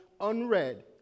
unread